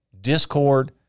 discord